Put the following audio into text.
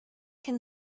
can